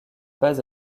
pas